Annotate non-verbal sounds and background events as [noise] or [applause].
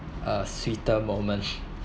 a sweeter moment [laughs]